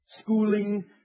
schooling